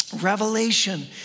revelation